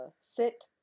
sit